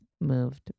moved